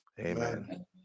Amen